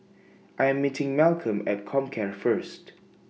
I Am meeting Malcom At Comcare First